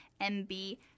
MB